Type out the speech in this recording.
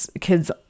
kids